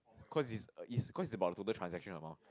cause it's it's cause it's about the total transaction amount